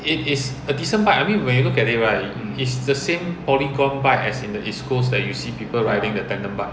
it is a decent bike I mean when you look at it right is the same polygon bike as in the east coast that you see people riding the tandem bike